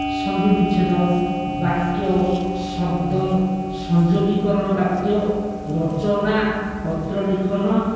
ସନ୍ଧି ବିଚ୍ଛେଦ ବାକ୍ୟ ଶବ୍ଦ ସଂଯୋଗିକରଣ ବାକ୍ୟ ରଚନା ପତ୍ର ଲିଖନ